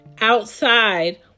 outside